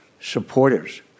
supporters